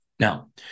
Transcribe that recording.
Now